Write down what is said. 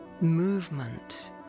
movement